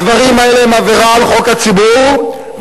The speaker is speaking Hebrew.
הדברים האלה הם עבירה על חוק שירותי הדת,